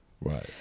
right